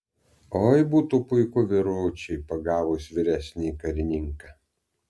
oi būtų puiku vyručiai pagavus vyresnįjį karininką